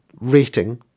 rating